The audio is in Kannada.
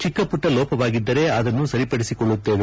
ಚಿಕ್ಕ ಪುಟ್ಟ ಲೋಪವಾಗಿದ್ದರೆ ಅದನ್ನು ಸರಿಪಡಿಸಿಕೊಳ್ಳುತ್ತೇವೆ